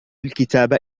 الكتاب